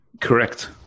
Correct